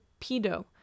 pedo